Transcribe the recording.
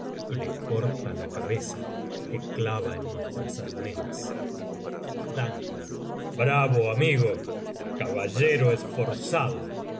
y le corta la cabeza que clava en nuestras almenas dun bravo amigo caballero esforzado